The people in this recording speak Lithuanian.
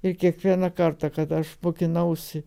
ir kiekvieną kartą kada aš mokinausi